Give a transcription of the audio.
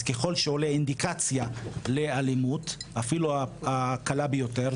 אז ככל שעולה אינדיקציה לאלימות אפילו הקלה ביותר,